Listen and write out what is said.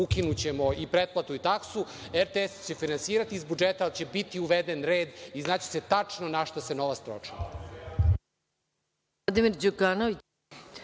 ukinućemo i pretplatu i taksu, RTS će se finansirati iz budžeta, ali će biti uveden red i znaće se tačno na šta se novac troši.